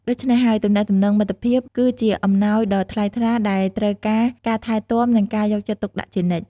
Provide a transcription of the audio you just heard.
ដូច្នេះហើយ ទំនាក់ទំនងមិត្តភាព គឺជាអំណោយដ៏ថ្លៃថ្លាដែលត្រូវការការថែទាំ និងការយកចិត្តទុកដាក់ជានិច្ច។